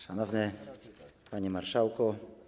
Szanowny Panie Marszałku!